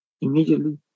immediately